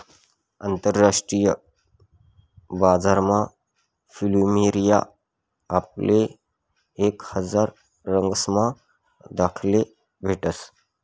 आंतरराष्ट्रीय बजारमा फ्लुमेरिया आपले एक हजार रंगसमा दखाले भेटस